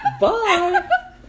bye